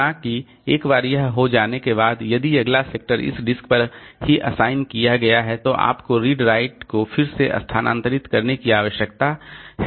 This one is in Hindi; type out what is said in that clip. हालाँकि एक बार यह हो जाने के बाद यदि अगला सेक्टर इस डिस्क पर ही असाइन किया गया है तो आपको रीड राइट को फिर से स्थानांतरित करने की आवश्यकता है